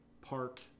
park